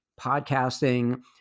podcasting